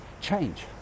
change